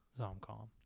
*Zomcom*